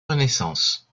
renaissance